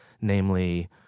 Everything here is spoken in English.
namely